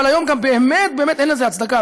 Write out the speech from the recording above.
אבל היום גם, באמת, באמת, אין לזה הצדקה.